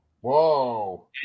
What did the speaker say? whoa